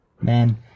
Man